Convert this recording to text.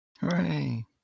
Hooray